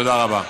תודה רבה.